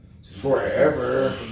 Forever